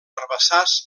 herbassars